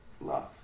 love